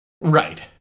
Right